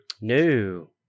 No